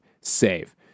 save